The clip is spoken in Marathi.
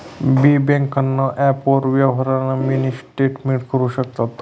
बी ब्यांकना ॲपवरी यवहारना मिनी स्टेटमेंट करु शकतंस